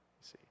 see